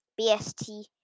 BST